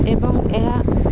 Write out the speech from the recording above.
ଏବଂ ଏହା